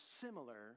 similar